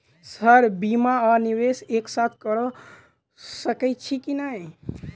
Sir बीमा आ निवेश एक साथ करऽ सकै छी की न ई?